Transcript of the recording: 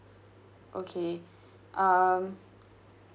okay um